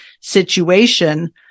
situation